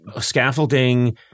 scaffolding